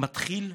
מתחילה